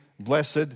blessed